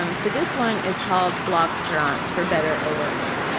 um so this one is called blogstaurant for better or worse.